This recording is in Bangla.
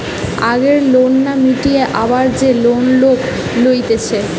আগের লোন না মিটিয়ে আবার যে লোন লোক লইতেছে